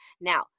Now